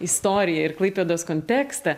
istoriją ir klaipėdos kontekstą